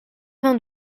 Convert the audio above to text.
vingt